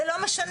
זה לא משנה.